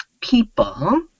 people